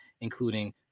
including